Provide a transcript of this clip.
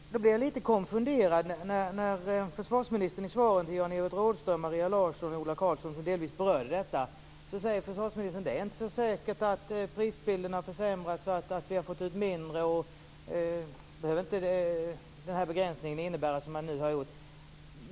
Därför blev jag lite konfunderad när försvarsministern i svaren till Jan-Evert Rådhström, Maria Larsson och Ola Karlsson som delvis berörde detta sade att det inte är så säkert att prisbilden har försämrats och att vi har fått ut mindre av den begränsning som man nu har gjort.